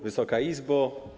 Wysoka Izbo!